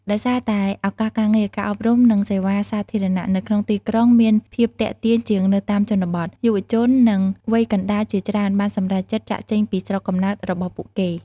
ដោយសារតែឱកាសការងារ ការអប់រំ និងសេវាសាធារណៈនៅក្នុងទីក្រុងមានភាពទាក់ទាញជាងនៅតាមជនបទ យុវជននិងវ័យកណ្ដាលជាច្រើន បានសម្រេចចិត្តចាកចេញពីស្រុកកំណើតរបស់ពួកគេ។